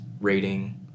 rating